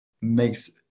makes